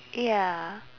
ya